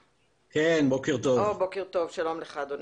טוב, שלום לך אדוני.